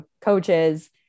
coaches